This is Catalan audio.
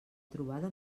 trobada